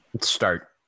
start